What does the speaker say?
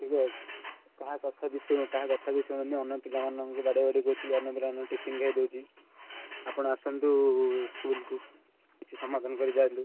hello କାହା କଥା ବି ଶୁଣୁ କାହା କଥା ବି ଶୁଣୁନି ଅନ୍ୟ ପିଲାମାନଙ୍କୁ ବାଡ଼ିଆ ବାଡ଼ି କରୁଛି ଅନ୍ୟ ପିଲାମାନଙ୍କ ଟିଫିନ୍ ଖାଇ ଦେଉଛି ଆପଣ ଆସନ୍ତୁ ସ୍କୁଲ୍କୁ କିଛି ସମାଧାନ କରିଯାଆନ୍ତୁ